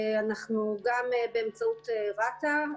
גם באמצעות רת"א,